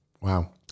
Wow